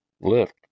Lift